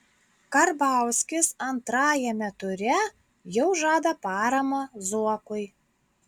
karbauskis antrajame ture jau žada paramą zuokui